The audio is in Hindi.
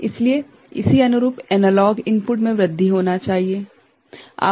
इसलिए इसी अनुरूप एनालॉग इनपुट में वृद्धि होनी चाहिए ठीक है